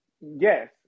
yes